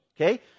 okay